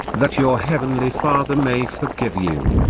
that your heavenly father may forgive you.